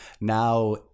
now